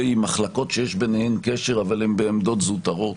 מחלקות שיש ביניהם קשר אבל הם בעמדות זוטרות.